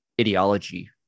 ideology